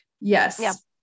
Yes